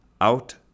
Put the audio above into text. out